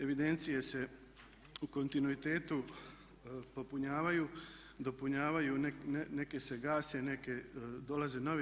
Evidencije se u kontinuitetu popunjavaju, dopunjavaju, neke se gase, neke dolaze nove.